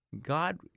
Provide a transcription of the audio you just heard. god